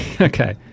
Okay